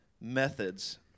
methods